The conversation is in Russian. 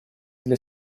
для